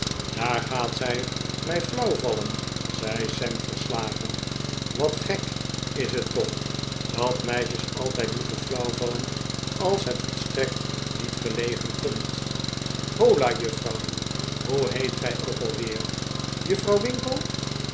daar gaat zij me flauwvallen zei sam verslagen wat gek is het toch dat meisjes altijd moeten flauwvallen als het volstrekt niet gelegen komt hola juffrouw hoe heet zij ook al weer juffrouw winkle